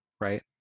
right